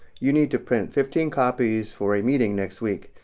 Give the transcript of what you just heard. you need to print fifteen copies for a meeting next week.